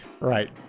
Right